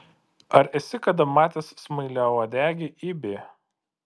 ar esi kada matęs smailiauodegį ibį